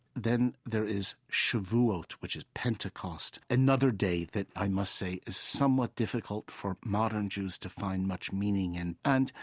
then there is shavuot, which is pentecost, another day that i must say is somewhere difficult for modern jews to find much meaning in. and,